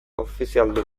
ofizialdu